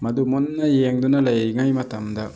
ꯃꯗꯨ ꯃꯨꯟꯅ ꯌꯦꯡꯗꯨꯅ ꯂꯩꯔꯤꯉꯩ ꯃꯇꯝꯗ